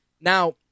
Now